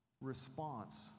response